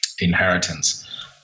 inheritance